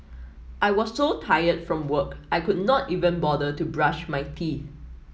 I was so tired from work I could not even bother to brush my teeth